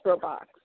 Box